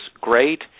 great